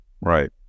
Right